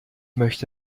möchte